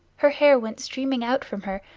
her hair went streaming out from her,